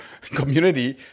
community